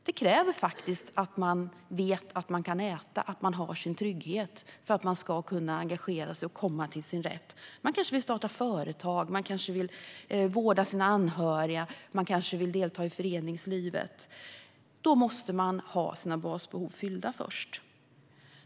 Det krävs faktiskt trygghet i att man till exempel vet att man kan äta för att man ska kunna engagera sig och komma till sin rätt. Man kanske vill starta företag. Man kanske vill vårda anhöriga. Man kanske vill delta i föreningslivet. Då måste man ha sina basbehov fyllda först.